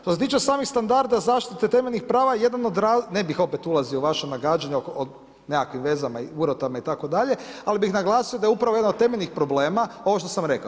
Što se tiče samih standarda zaštite temeljnih prava, jedan od, ne bih opet ulazio u vaša nagađanja o nekakvim vezama, urotama itd., ali bih naglasio da je upravo jedan od temeljnih problema ovo što sam rekao.